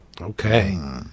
Okay